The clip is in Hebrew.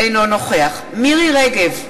אינו נוכח מירי רגב,